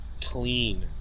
clean